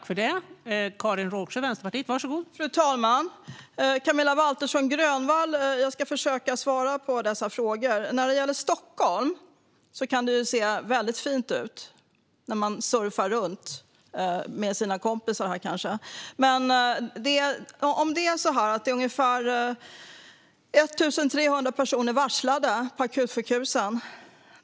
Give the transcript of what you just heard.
Fru talman! Camilla Waltersson Grönvall! Jag ska försöka svara på dessa frågor. När det gäller Stockholm kan det kanske se väldigt fint ut när man surfar runt med sina kompisar. Men det är ungefär 1 300 personer som varslats på akutsjukhusen.